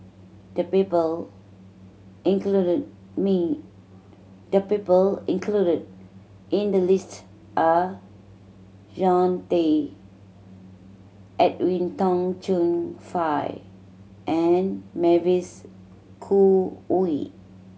the people included me the people included in the list are Jean Tay Edwin Tong Chun Fai and Mavis Khoo Oei